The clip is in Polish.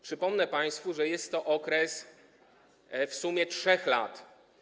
Przypomnę państwu, że jest to okres w sumie 3 lat.